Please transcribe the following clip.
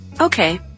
Okay